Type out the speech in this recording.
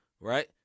right